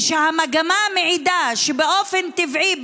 ושהמגמה מעידה שבאופן טבעי,